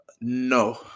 No